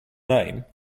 name